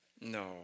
No